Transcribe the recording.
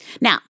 Now